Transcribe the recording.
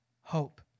hope